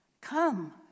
Come